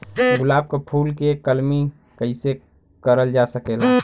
गुलाब क फूल के कलमी कैसे करल जा सकेला?